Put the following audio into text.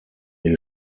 die